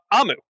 Amu